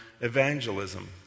evangelism